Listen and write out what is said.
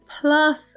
plus